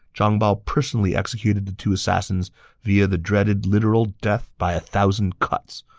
zhang bao personally executed the two assassins via the dreaded literal death by a thousand cuts,